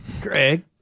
Greg